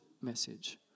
message